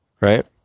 right